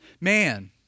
Man